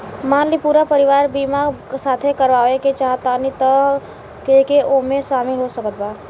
मान ली पूरा परिवार के बीमाँ साथे करवाए के चाहत बानी त के के ओमे शामिल हो सकत बा?